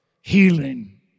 healing